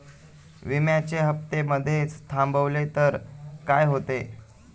विम्याचे हफ्ते मधेच थांबवले तर काय होते?